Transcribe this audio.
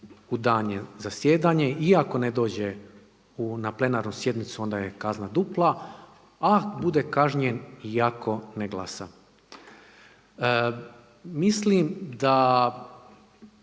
u dan zasjedanja i ako ne dođe na plenarnu sjednicu onda je kazna dupla a bude kažnjen i ako ne glasa. Mislim da